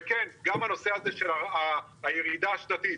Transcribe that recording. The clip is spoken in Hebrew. וכן, גם הנושא הזה של הירידה השנתית.